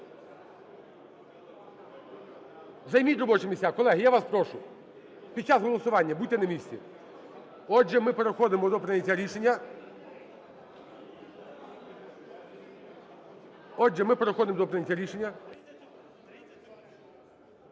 займіть робочі місця. Колеги, я вас прошу, під час голосування будьте на місці. Отже, ми переходимо до прийняття рішення. Отже, ми переходимо до прийняття рішення.